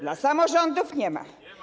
Dla samorządów nie ma.